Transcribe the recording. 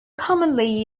commonly